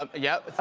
um yep.